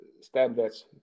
standards